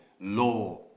law